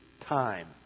time